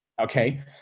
Okay